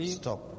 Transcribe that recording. stop